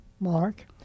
Mark